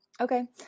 Okay